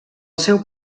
seu